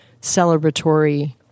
celebratory